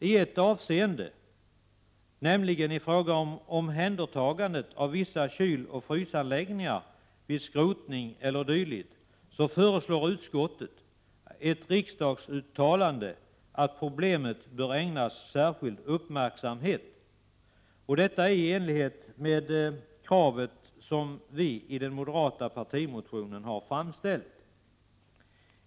I ett avseende, nämligen i fråga om omhändertagandet av vissa kyloch frysanläggningar vid skrotning e. d., föreslår utskottet ett riksdagsuttalande om att problemet bör ägnas särskild uppmärksamhet. Detta är i enlighet med de krav som vi har framställt i den moderata partimotionen.